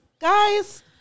Guys